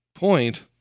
point